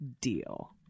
deal